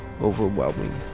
overwhelming